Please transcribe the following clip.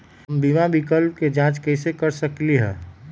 हम बीमा विकल्प के जाँच कैसे कर सकली ह?